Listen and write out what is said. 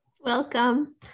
Welcome